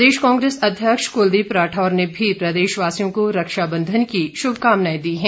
प्रदेश कांग्रेस अध्यक्ष कुलदीप राठौर ने भी प्रदेशवासियों को रक्षाबंधन की शुभकामनाएं दी है